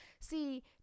See